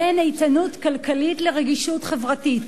בין איתנות כלכלית לרגישות חברתית.